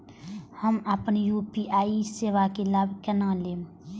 हम अपन यू.पी.आई सेवा के लाभ केना लैब?